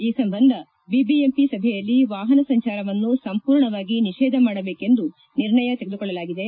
ಈ ಸಂಬಂಧ ಬಿಬಿಎಂಪಿ ಸಭೆಯಲ್ಲಿ ವಾಹನ ಸಂಚಾರವನ್ನು ಸಂಪೂರ್ಣವಾಗಿ ನಿಷೇಧ ಮಾಡಬೇಕೆಂದು ನಿರ್ಣಯ ತೆಗೆದುಕೊಳ್ಳಲಾಗಿದೆ